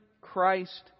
Christ